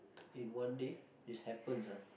in one day this happens ah